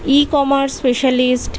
E commerce specialist